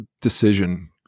decision